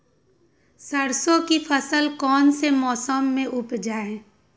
सरसों की फसल कौन से मौसम में उपजाए?